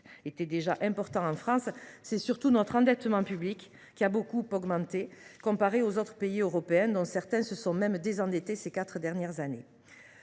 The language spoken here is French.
était déjà important en France, c’est surtout notre endettement public qui a beaucoup augmenté relativement aux autres pays européens, dont certains se sont même désendettés au cours des quatre dernières années.